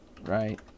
right